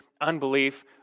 unbelief